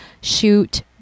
shoot